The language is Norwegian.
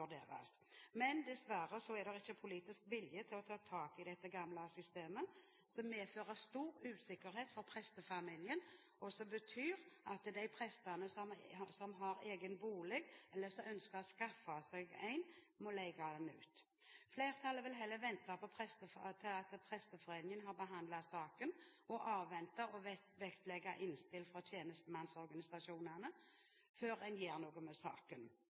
er det ikke politisk vilje til å ta tak i det gamle systemet, noe som medfører stor usikkerhet for prestefamilier, og som betyr at de prestene som har egen bolig, eller som ønsker å skaffe seg en, må leie den ut. Flertallet vil heller vente til Presteforeningen har behandlet saken, og avvente og vektlegge innspill fra tjenestemannsorganisasjonene før en gjør noe med saken.